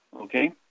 Okay